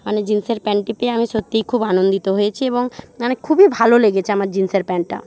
মানে জিনসের প্যান্টটি পেয়ে আমি সত্যিই খুব আনন্দিত হয়েছি এবং মানে খুবই ভালো লেগেছে আমার জিনসের প্যান্টটা